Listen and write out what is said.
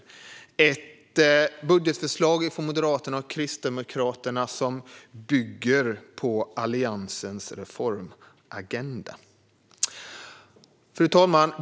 Det är ett budgetförslag från Moderaterna och Kristdemokraterna som bygger på Alliansens reformagenda. Fru talman!